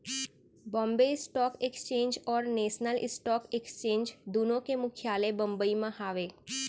Bombay stock exchange और national stock exchange दुनो के मुख्यालय बंबई म हावय